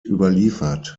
überliefert